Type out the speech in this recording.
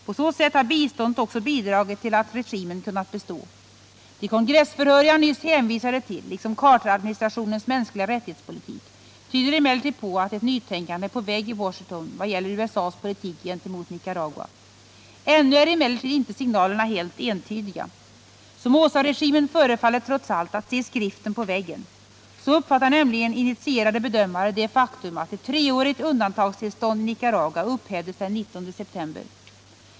På så sätt har biståndet också bidragit till att regimen kunnat bestå. De kongressförhör jag ayss hänvisade till, liksom Carteradministrationens mänskliga-rättighets-politik, tyder emellertid på att ett nytänkande är på väg i Washington vad gäller USA:s politik gentemot Nicaragua. Ännu är emellertid inte signalerna helt entydiga. Somozaregimen förefaller trots allt att se skriften på väggen. Så uppfattar nämligen initierade bedömare det faktum att ett treårigt undantagstillstånd i Nicaragua upphävdes den 19 september.